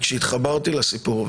כשהתחברתי לסיפור,